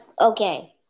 okay